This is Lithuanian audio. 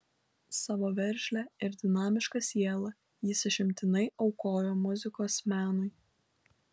savo veržlią ir dinamišką sielą jis išimtinai aukojo muzikos menui